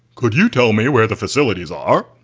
could you tell me where the facilities are?